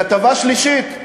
כתבה שלישית: